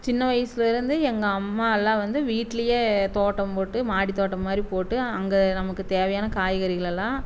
சின்ன வயசில் இருந்து எங்கள் அம்மா எல்லாம் வந்து வீட்டிலேயே தோட்டம் போட்டு மாடி தோட்டம் மாதிரி போட்டு அங்கே நமக்கு தேவையான காய்கறிகளெல்லாம்